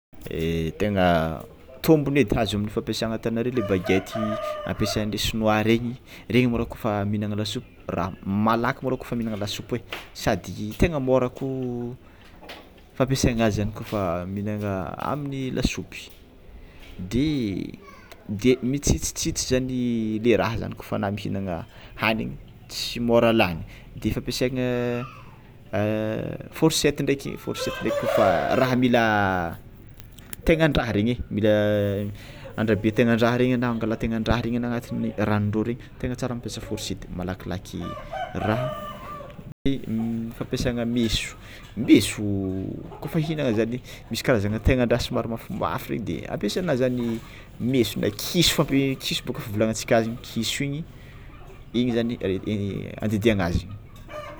Tegna tombony edy azo amin'ny fampiasana hitanareo le baguette ampiasan'ireo sinoa rengy, rengny môlô kôfa mihagna lasopy grave malaky môrô kôfa minana lasopy sady tegna môra kô fampiaasaina azy ihany koa minana amy lasopy de de mitsitsitsitsy zan le raha zany kôfa anao mihinagna hagniny tsy môra lany, de fampiasaina fôrsety ndraika forsety raha mila tegna-ndraha regny e mila andrabe tegnan-draha regny anao angala tegnan-draha agnatigny ranony igny tena tsara mampiasa fôrsety malakilaky raha, fampiasana meso meso kôfa ihinagna zany e misy karazana tenan-draha somary mafimafy regny de ampiasaina zany meso na kiso fampi- kiso bôka fivolagnantsika azy igny kiso igny igny zany antetehana azy.